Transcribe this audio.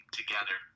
together